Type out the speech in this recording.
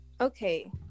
okay